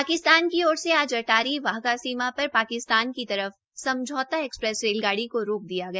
पाकिस्तान की ओर से आज अटारी बाघा सीमा पर पाकिस्तान की तरफ समझौता एक्सप्रेस को रोक दिया गया